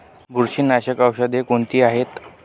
बुरशीनाशक औषधे कोणती आहेत?